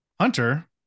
Hunter